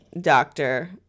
doctor